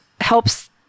helps